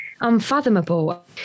unfathomable